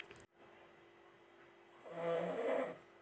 टिड्डा से फसल के बचावेला कौन दावा के प्रयोग करके होतै?